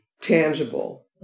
tangible